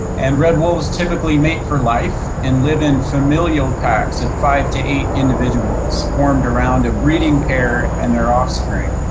and red wolves typically mate for life and live in familial packs at five to eight individuals formed around a breeding pair and their offspring.